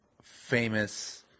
famous